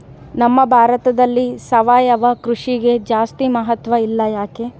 ನಮ್ಮ ಭಾರತದಲ್ಲಿ ಸಾವಯವ ಕೃಷಿಗೆ ಜಾಸ್ತಿ ಮಹತ್ವ ಇಲ್ಲ ಯಾಕೆ?